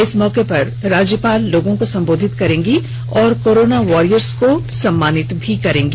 इस मौके पर राज्यपाल लोगों को संबोधित करेंगी और कोरोना वारियर्स को सम्मानित भी करेंगी